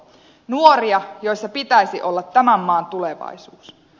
nuoria joissa pitäisi olla tämän maan tulevaisuus